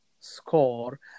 score